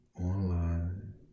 online